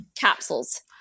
capsules